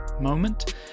moment